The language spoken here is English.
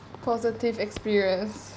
positive experience